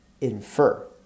infer